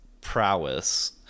Prowess